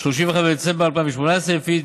31 בדצמבר 2018, לפי